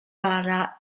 parla